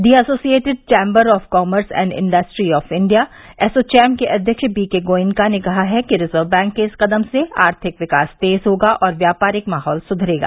the Associated Chamber of Commerce and Industry of India ASSOCHAM के अध्यक्ष B K Goenka ने कहा है कि रिजर्व बैंक के इस कदम से आर्थिक विकास तेज होगा और व्यापारिक माहौल सुधरेगा